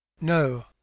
No